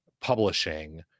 publishing